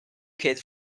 kids